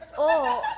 oh.